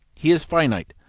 he is finite,